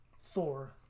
Thor